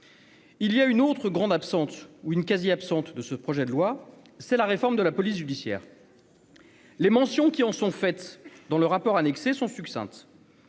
Il y a une autre grande absente ou une quasi absente de ce projet de loi, c'est la réforme de la police judiciaire, les mentions qui en sont faites dans le rapport annexé sont succinctes